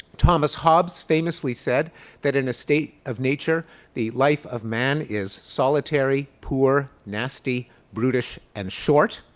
thomas hobbes famously said that an a state of nature the life of man is solitary, poor, nasty, brutish, and short.